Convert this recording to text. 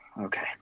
okay